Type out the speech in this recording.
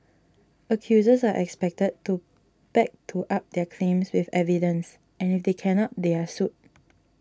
accusers are expected to back to up their claims with evidence and if they cannot they are sued